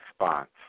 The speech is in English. response